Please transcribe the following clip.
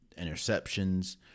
interceptions